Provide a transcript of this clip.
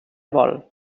vol